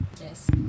yes